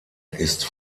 ist